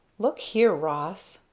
look here, ross!